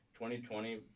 2020